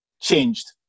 changed